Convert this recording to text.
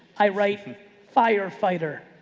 i write for fire fighter.